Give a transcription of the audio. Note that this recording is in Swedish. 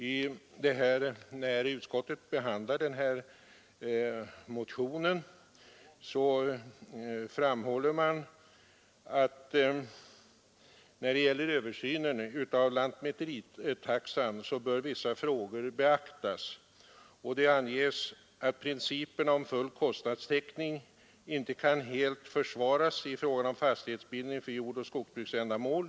Utskottsmajoriteten har vid sin behandling av den motion som reservationen bygger på uttalat att när det gäller översynen av lantmäteritaxan bör vissa frågor beaktas. Det anges bl.a. att principen om full kostnadstäckning inte kan helt försvaras i fråga om fastighetsbildning för jordoch skogsbruksändamål.